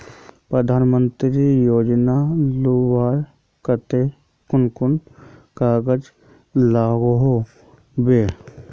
प्रधानमंत्री योजना लुबार केते कुन कुन कागज लागोहो होबे?